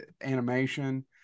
animation